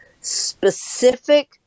specific